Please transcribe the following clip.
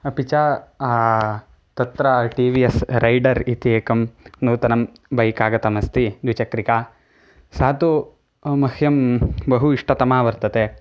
अपि च तत्र टि वि एस् रैडर् इति एकं नूतनं बैक् आगतमस्ति द्विचक्रिका सा तु मह्यं बहु इष्टतमा वर्तते